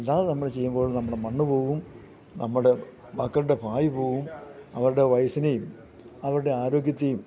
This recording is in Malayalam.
അല്ലാതെ നമ്മൾ ചെയ്യുമ്പോഴും നമ്മുടെ മണ്ണ് പോവും നമ്മുടെ മക്കളുടെ ഭാവി പോവും അവരുടെ വയസ്സിനേം അവരുടെ ആരോഗ്യത്തെയും